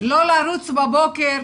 לא לרוץ בבוקר.